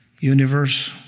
universe